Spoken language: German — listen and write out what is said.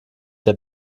der